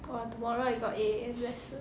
!wah! tomorrow I got eight A_M lesson